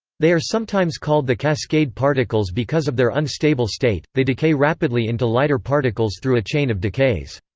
they are sometimes called the cascade particles because of their unstable state, they decay rapidly into lighter particles through a chain of decays.